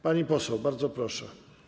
Pani poseł, bardzo proszę.